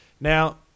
Now